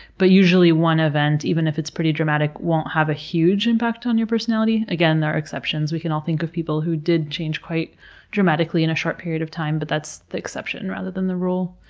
but usually one event, even if it's pretty dramatic, won't have a huge impact on your personality. again, there are exceptions. we can all think of people that did change quite dramatically in a short period of time, but that's the exception rather than the rule.